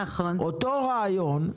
אותו רעיון,